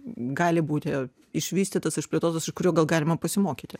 gali būti išvystytas išplėtotas iš kurio gal galima pasimokyti